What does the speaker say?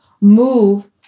move